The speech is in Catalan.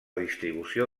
distribució